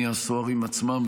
החל בסוהרים עצמם,